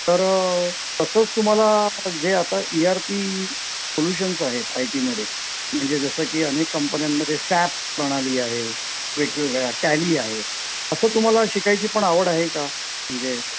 तर तसंच तुम्हाला जे आता इ आर पी सोलुशन्स आहेत आय टीमध्ये म्हणजे जसं की अनेक कंपन्यांमध्ये सॅप प्रणाली आहे वेगवगळ्या टॅली आहे असं तुम्हाला शिकायची पण आवड आहे का म्हणजे